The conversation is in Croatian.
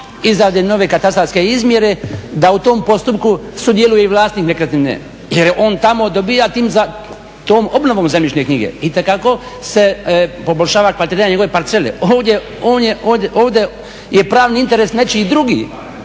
izrade nove katastarske izmjere, da u tom postupku sudjeluje i vlasnik nekretnine jer je on tamo, dobiva tom obnovom zemljišne knjige. Itekako se poboljšava kvaliteta njegove parcele, ovdje je pravni interes nečiji drugi,